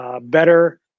Better